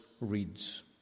reads